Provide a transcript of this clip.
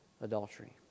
adultery